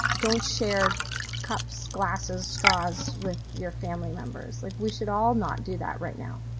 don't share cups, glasses, straws, with your family members. like we should all not do that right now,